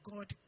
God